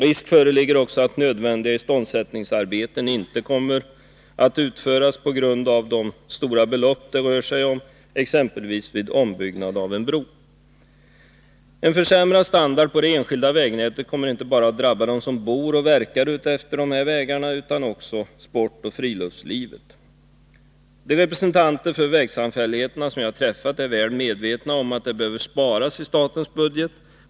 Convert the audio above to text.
Risk föreligger också för att nödvändiga igångsättningsarbeten inte kommer att utföras på grund av de stora belopp som det rör sig om, exempelvis vid ombyggnad av en bro. En försämrad standard på det enskilda vägnätet kommer inte bara att drabba dem som bor och verkar utefter dessa vägar utan också sport och friluftsliv. De representanter för vägsamfälligheter som jag träffat är väl medvetna om att det är nödvändigt att spara i statens budget.